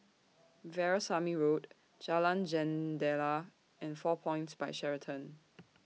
Veerasamy Road Jalan Jendela and four Points By Sheraton